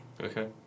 Okay